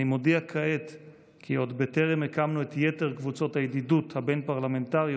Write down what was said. אני מודיע כעת כי עוד בטרם הקמנו את יתר קבוצות הידידות הבין-פרלמנטריות